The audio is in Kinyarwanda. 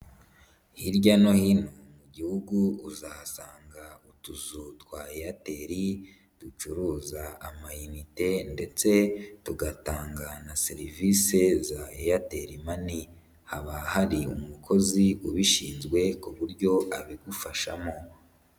Hirya no hino mu gihugu uzahasanga utuzu twa Airtel ducuruza amayinite ndetse tugatanga na serivisi za Airtel Money, haba hari umukozi ubishinzwe ku buryo abigufashamo.